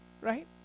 Right